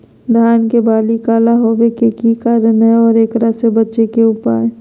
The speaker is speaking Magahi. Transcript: धान के बाली काला होवे के की कारण है और एकरा से बचे के उपाय?